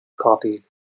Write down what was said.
copied